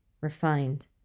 Refined